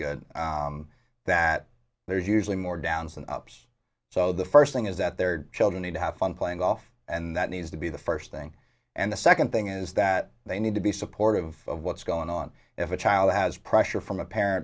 good that there's usually more downs and ups so the first thing is that their children need to have fun playing golf and that needs to be the first thing and the second thing is that they need to be supportive of what's going on if a child has pressure from a par